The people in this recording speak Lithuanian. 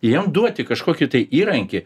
jiem duoti kažkokį tai įrankį